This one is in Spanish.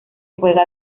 juega